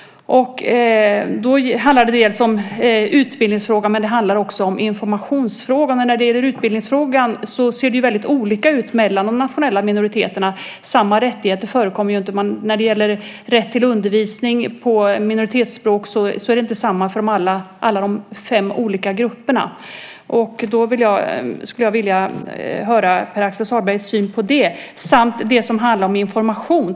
Då handlar det dels om utbildningsfrågan, dels om informationsfrågan. När det gäller utbildning ser det väldigt olika ut om man jämför de olika minoriteterna. Samma rättigheter förekommer inte. Rätten till undervisning på minoritetsspråk är inte densamma för alla de fem olika grupperna. Jag skulle vilja höra Pär Axel Sahlbergs syn på det, samt på information.